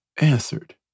answered